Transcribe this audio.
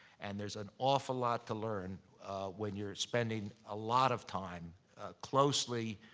and there's an awful lot to learn when you're spending a lot of time closely